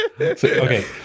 okay